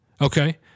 Okay